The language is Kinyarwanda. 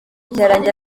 kirangira